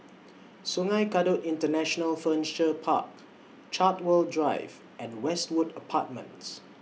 Sungei Kadut International Furniture Park Chartwell Drive and Westwood Apartments